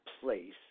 place